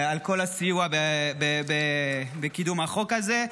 על כל הסיוע בקידום החוק הזה.